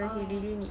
oh